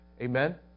Amen